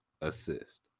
assist